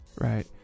right